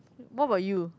what about you